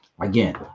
again